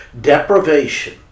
deprivation